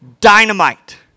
dynamite